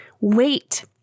wait